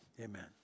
Amen